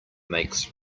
makes